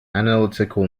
analytical